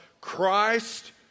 Christ